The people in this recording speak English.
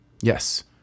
Yes